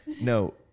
No